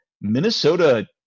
Minnesota